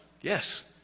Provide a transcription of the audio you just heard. Yes